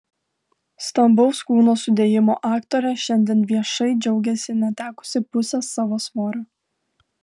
stambaus kūno sudėjimo aktorė šiandien viešai džiaugiasi netekusi pusės savo svorio